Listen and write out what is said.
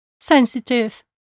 sensitive